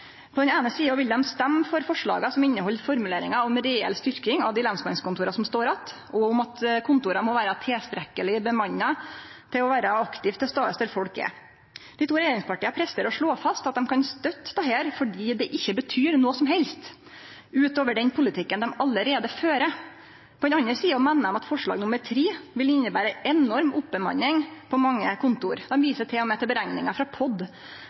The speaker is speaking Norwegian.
På den eine sida vil dei stemme for forslaga som inneheld formuleringar om reell styrking av dei lensmannskontora som står att, og om at kontora må vere tilstrekkeleg bemanna for å vere aktivt til stades der folk er. Dei to regjeringspartia presterer å slå fast at dei kan støtte dette fordi det ikkje betyr noko som helst utover den politikken dei allereie fører. På den andre sida meiner dei at III vil innebere ei enorm oppbemanning på mange kontor. Dei viser til og med til utrekningar frå